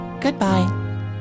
Goodbye